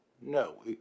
No